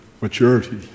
maturity